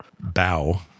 Bow